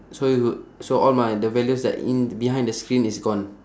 so it would so all my the values that in behind the screen is gone